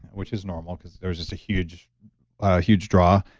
which is normal because there was just a huge ah huge draw,